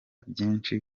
byinshi